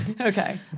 Okay